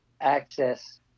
access